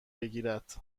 بگیرد